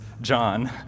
John